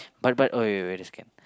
but but oh wait wait wait a second